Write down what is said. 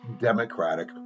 Democratic